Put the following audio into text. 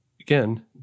again